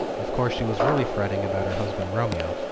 of course she was really fretting about her husband romeo,